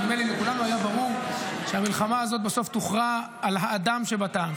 לכולנו היה ברור שהמלחמה הזאת בסוף תוכרע על האדם שבטנק,